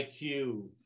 IQ